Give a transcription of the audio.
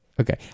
Okay